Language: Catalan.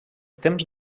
temps